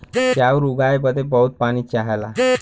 चाउर उगाए बदे बहुत पानी चाहला